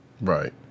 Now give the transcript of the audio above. right